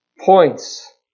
points